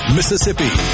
Mississippi